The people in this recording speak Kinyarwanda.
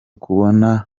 kubona